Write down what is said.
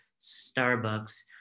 Starbucks